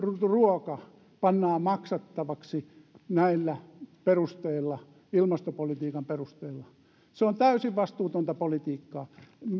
ruoka pannaan maksettavaksi näillä perusteilla ilmastopolitiikan perusteilla se on täysin vastuutonta politiikkaa